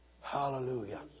Hallelujah